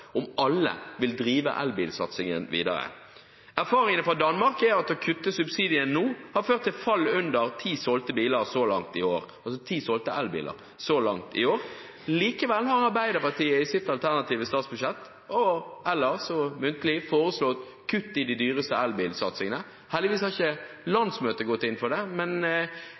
om alle vil drive elbilsatsingen videre. Erfaringene fra Danmark er at å kutte subsidiene nå har ført til et fall til under ti solgte elbiler så langt i år. Likevel har Arbeiderpartiet i sitt alternative statsbudsjett og ellers, også muntlig, foreslått kutt i de dyreste elbilsatsingene. Heldigvis har ikke landsmøtet gått inn for det. Men